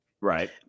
Right